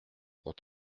ont